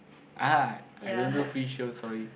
ah I don't do free show sorry